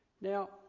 Now